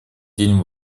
день